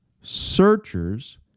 searchers